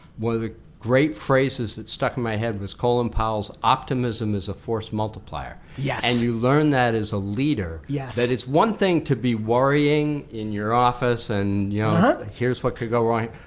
one of the great phrases that stuck in my head was colin powell's optimism is a force multiplier. yeah and you learn that as a leader yeah that it's one thing to be worrying in your office and yeah here's what could go wrong.